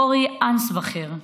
אורי אנסבכר,